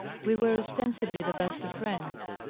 we were ostensi bly the best of friends.